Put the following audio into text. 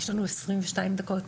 בבקשה.